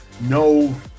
no